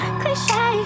cliche